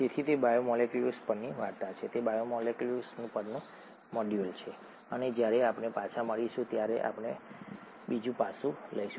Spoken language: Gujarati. તેથી તે બાયોમોલેક્યુલ્સ પરની વાર્તા છે તે બાયોમોલેક્યુલ્સ પરનું મોડ્યુલ છે અને જ્યારે આપણે પછી મળીશું ત્યારે આપણે બીજું પાસું લઈશું